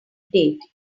date